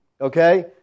Okay